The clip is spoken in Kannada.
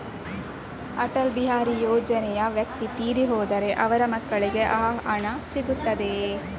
ಅಟಲ್ ಬಿಹಾರಿ ಯೋಜನೆಯ ವ್ಯಕ್ತಿ ತೀರಿ ಹೋದರೆ ಅವರ ಮಕ್ಕಳಿಗೆ ಆ ಹಣ ಸಿಗುತ್ತದೆಯೇ?